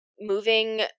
moving